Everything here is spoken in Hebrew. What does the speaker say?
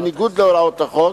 בניגוד להוראות החוק.